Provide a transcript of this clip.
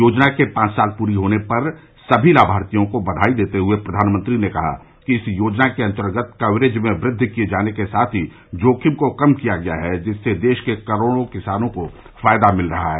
योजना के पांच साल पूरे होने पर सभी लाभार्थियों को बधाई देते हुए प्रधानमंत्री ने कहा कि इस योजना के अन्तर्गत कवरेज में वृद्धि किए जाने के साथ ही जोखिम को कम किया गया है जिससे देश के करोड़ों किसानों को फायदा मिला है